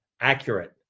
accurate